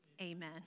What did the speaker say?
amen